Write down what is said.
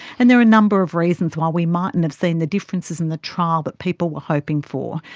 and there are a number of reasons why we mightn't have seen the differences in the trial that people were hoping for.